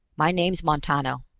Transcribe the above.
my name's montano.